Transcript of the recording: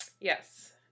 Yes